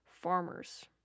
Farmers